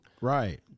Right